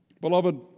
Beloved